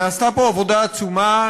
נעשתה פה עבודה עצומה.